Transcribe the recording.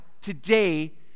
today